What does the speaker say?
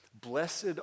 blessed